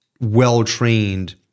well-trained